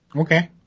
Okay